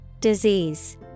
Disease